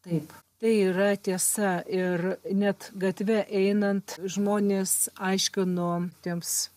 taip tai yra tiesa ir net gatve einant žmonės aiškino tiems